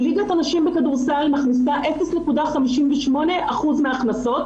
ליגת הנשים בכדורסל מכניסה 0.58% מההכנסות,